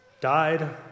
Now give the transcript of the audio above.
died